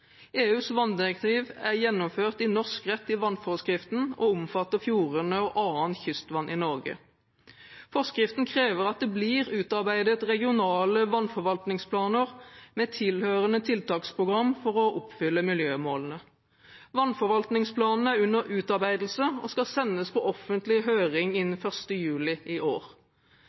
EUs vanndirektiv er gjennomført i norsk rett i vannforskriften og omfatter fjordene og annet kystvann i Norge. Forskriften krever at det blir utarbeidet regionale vannforvaltningsplaner med tilhørende tiltaksprogrammer for å oppfylle miljømålene. Vannforvaltningsplanene er under utarbeidelse og skal sendes på offentlig høring innen 1. juli i år.